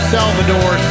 Salvador